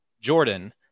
jordan